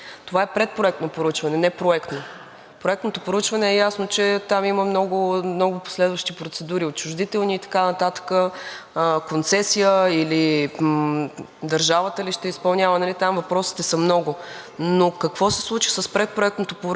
Това е предпроектно проучване – не проектно. Проектното проучване е ясно, че там има много последващи процедури – отчуждителни, и така нататък, концесия или държавата ще изпълнява. Там въпросите са много. Какво се случи с предпроектното проучване?